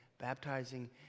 baptizing